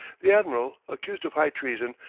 the admiral, accused of high treason,